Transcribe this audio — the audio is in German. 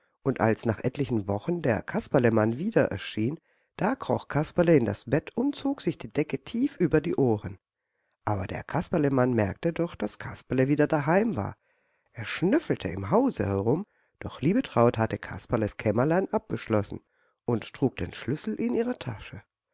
und als nach etlichen wochen der kasperlemann wieder erschien da kroch kasperle in das bett und zog sich die decke tief über die ohren aber der kasperlemann merkte doch daß kasperle wieder daheim war er schnüffelte im hause herum doch liebetraut hatte kasperles kämmerlein abgeschlossen und trug den schlüssel in ihrer tasche